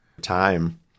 time